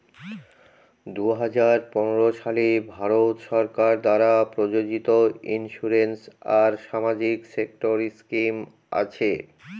দুই হাজার পনেরো সালে ভারত সরকার দ্বারা প্রযোজিত ইন্সুরেন্স আর সামাজিক সেক্টর স্কিম আছে